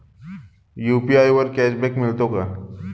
UPI वर cashback मिळतो का?